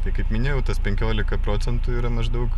tai kaip minėjau tas penkiolika procentų yra maždaug